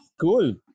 Cool